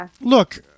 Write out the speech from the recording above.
look